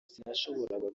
sinashoboraga